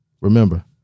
Remember